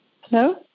Hello